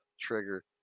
trigger